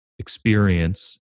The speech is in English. experience